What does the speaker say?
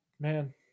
man